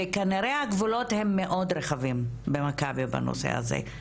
וכנראה הגבולות הם מאוד רחבים במכבי בנושא הזה,